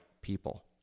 people